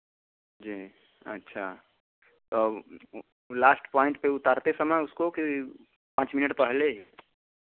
जी अच्छा तो अब लास्ट पॉइंट में उतारते समय उसको कि पाँच मिनट पहले ही